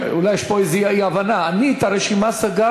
אולי יש פה איזו אי-הבנה: אני את הרשימה סגרתי.